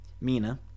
mina